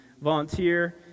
volunteer